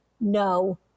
no